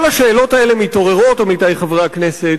כל השאלות האלה מתעוררות, עמיתי חברי הכנסת.